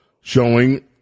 showing